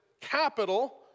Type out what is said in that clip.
capital